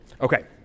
Okay